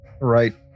Right